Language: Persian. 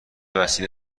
وسیله